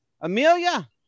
Amelia